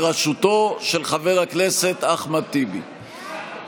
חבר הכנסת מיקי לוי וקבוצת סיעת הרשימה המשותפת לסעיף 3 לא